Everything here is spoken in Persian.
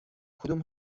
کدوم